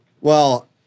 Well-